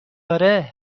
آره